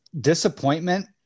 disappointment